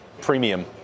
premium